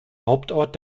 hauptort